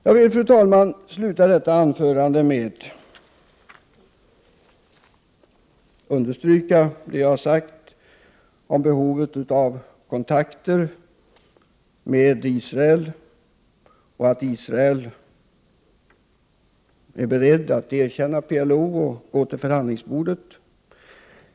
Jag vill, fru talman, understryka det jag har sagt om behovet av kontakter med Israel och av att Israel är berett att erkänna PLO och gå till förhandlingsbordet.